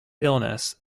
illness